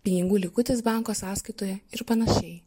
pinigų likutis banko sąskaitoje ir panašiai